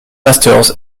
masters